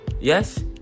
Yes